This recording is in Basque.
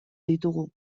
ditugu